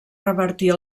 revertir